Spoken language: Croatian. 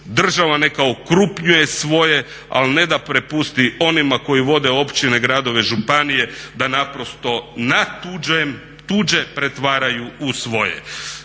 Država neka okrupnjuje svoje, ali ne da prepusti onima koji vode općine, gradove, županije da naprosto tuđe pretvaraju u svoje.